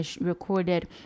recorded